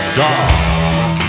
dogs